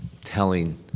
telling